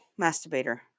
masturbator